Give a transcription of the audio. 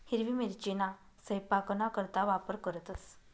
हिरवी मिरचीना सयपाकना करता वापर करतंस